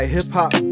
Hip-Hop